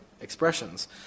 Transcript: expressions